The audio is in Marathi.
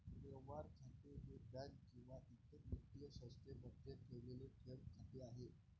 व्यवहार खाते हे बँक किंवा इतर वित्तीय संस्थेमध्ये ठेवलेले ठेव खाते आहे